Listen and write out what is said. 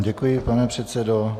Děkuji vám, pane předsedo.